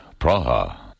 Praha